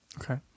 Okay